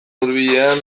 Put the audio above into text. hurbilean